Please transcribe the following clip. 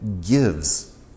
gives